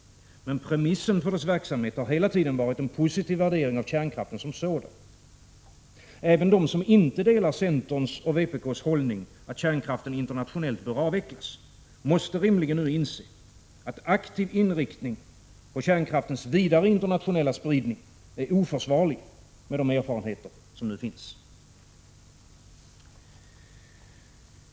Men premissen för dess verksamhet har hela tiden varit en positiv värdering av kärnkraften som sådan. Även de som inte delar centerns och vpk:s hållning, att kärnkraften internationellt bör avvecklas måste rimligen nu inse att aktiv inriktning på kärnkraftens vidare internationella spridning är oförsvarlig med de erfarenheter som nu finns.